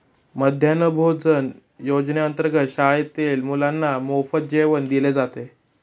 मध्यान्ह भोजन योजनेअंतर्गत शाळेतील मुलांना मोफत जेवण दिले जाते